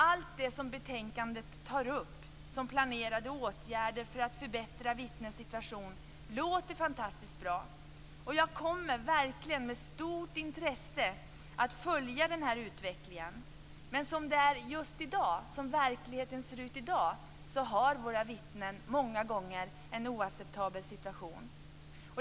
Allt det som betänkandet tar upp som planerade åtgärder för att förbättra vittnens situation låter fantastiskt bra, och jag kommer verkligen med stort intresse att följa utvecklingen. Som verkligheten ser ut i dag har våra vittnen många gånger en oacceptabel situation.